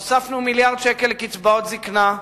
הוספנו מיליארד שקל לקצבאות הזיקנה,